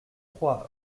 trois